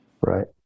right